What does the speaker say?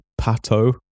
Pato